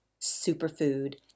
superfood